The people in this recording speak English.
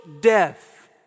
death